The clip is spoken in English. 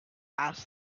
asked